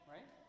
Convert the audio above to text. Right